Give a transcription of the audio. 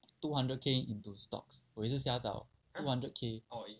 two hundred K into stocks 我也是吓到 two hundred k